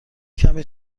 کمی